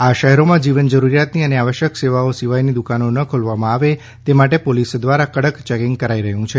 આ શહેરોમાં જીવન જરૂરીયાતની અને આવશ્યક સેવાઓ સિવાયની દુકાનો ન ખોલવામાં આવે તે માટે પોલીસ ધ્વારા કડક ચેકીંગ કરાઇ રહયું છે